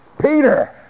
Peter